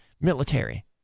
military